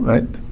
Right